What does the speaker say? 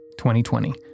2020